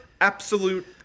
absolute